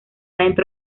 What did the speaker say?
dentro